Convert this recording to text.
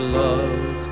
love